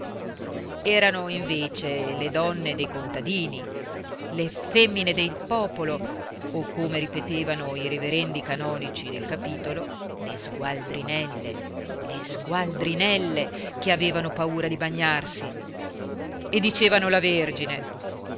erano invece le donne dei contadini le femmine dei popolo o come ripetevano i reverendi canonici del capitolo le sgualdrinelle le sgualdrinelle che avevano paura di bagnarsi e dicevano la vergine